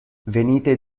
venite